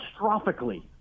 catastrophically